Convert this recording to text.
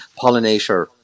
pollinator